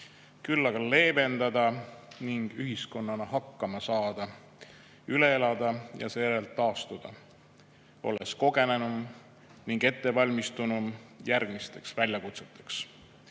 küll aga leevendada ning ühiskonnana hakkama saada, üle elada ja seejärel taastuda, olles kogenenum ning ettevalmistunud järgmisteks väljakutseteks. Tänases